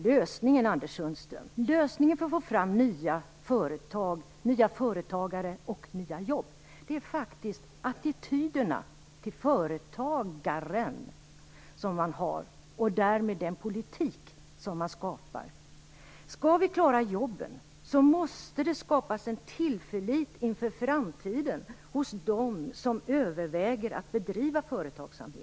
Lösningen på uppgiften att få fram nya företagare och nya jobb, Anders Sundström, ligger faktiskt i attityderna till företagaren och den politik som man därmed skapar. Skall vi klara jobben måste det skapas en tillförsikt inför framtiden hos dem som överväger att bedriva företagsamhet.